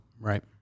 Right